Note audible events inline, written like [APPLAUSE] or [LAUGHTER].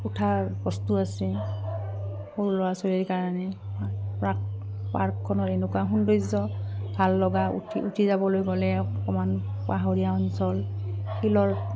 উঠাৰ বস্তু আছে সৰু ল'ৰা ছোৱালীৰ কাৰণে পাৰ্কখনৰ এনেকুৱা সৌন্দৰ্য ভাল লগা উঠি উঠি যাবলৈ গ'লে অকমান পাহাৰীয়া অঞ্চল [UNINTELLIGIBLE]